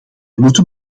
moeten